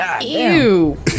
Ew